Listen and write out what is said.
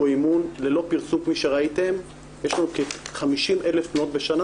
כפי שראיתם יש לנו כ-50,000 תלונות בשנה,